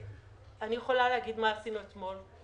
אני יכולה להגיד מה עשינו אתמול.